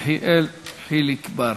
יחיאל חיליק בר.